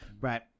Right